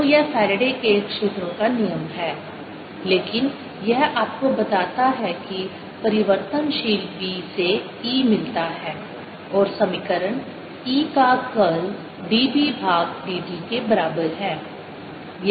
तो यह फैराडे के क्षेत्रों का नियम है लेकिन यह आपको बताता है कि परिवर्तनशील B से E मिलता है और समीकरण E का कर्ल dB भाग dt के बराबर है